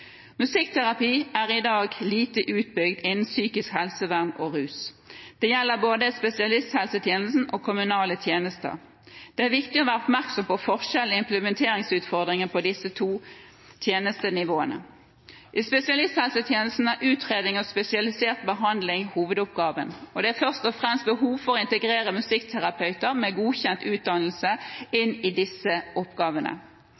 Musikkterapi er i dag lite utbygd innen psykisk helsevern og rus. Det gjelder både spesialisthelsetjenesten og kommunale tjenester. Det er viktig å være oppmerksom på forskjellen i implementeringsutfordringer på disse to tjenestenivåene. I spesialisthelsetjenestene er utredning og spesialisert behandling hovedoppgavene, og det er først og fremst behov for å integrere musikkterapeuter med godkjent utdannelse inn i disse oppgavene.